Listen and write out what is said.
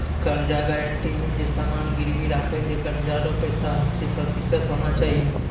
कर्जा गारंटी मे जे समान गिरबी राखै छै कर्जा रो पैसा हस्सी प्रतिशत होना चाहियो